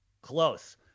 Close